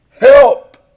help